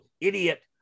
idiot